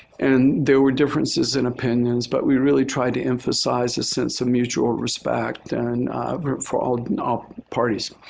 and there were differences in opinions but we really try to emphasize a sense of mutual respect and for all parties.